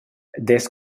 dess